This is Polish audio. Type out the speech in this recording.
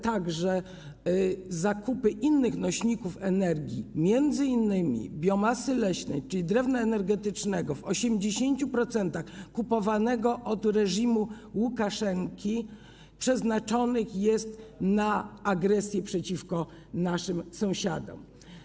Także środki z zakupów innych nośników energii, m.in. biomasy leśnej, czyli drewna energetycznego w 80% kupowanego od reżimu Łukaszenki, przeznacza się na agresję przeciwko naszym sąsiadom.